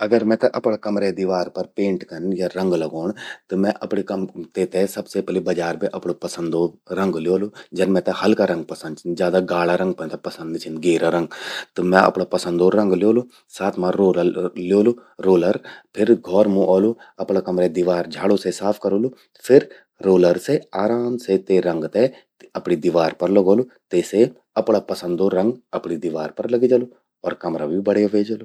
अगर मेते अपरा करमे दिवार पर पेंट कन या रंग लगौंण। त मैं अपणा कम तेते सबसे से पलि बजार बे अपरि पसंदो रंग ल्योलू। जन मेते हल्का रंग पसंद छिन। ज्यादा गाढ़ा रंग मेते पसंद नि छिन, गेरा रंग। त मैं अपणां पसंदो रंग ल्योलु. साथ मां रोलर ल्योलु, रोलर। फिर घौर मूं औलु। अपणा कमरे दीवार ते झाड़ू से साफ करोलु। फिर रोलर से आराम से ते रंग ते अपणि दीवार पर लगौलु। तेसे अपणा पसंदो रंग अपणि दीवार पर लग जलु और कमरा भी बढ़िया व्हे जलु।